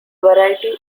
variety